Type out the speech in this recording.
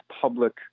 public